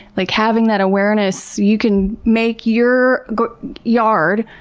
like having that awareness, you can make your yard